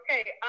Okay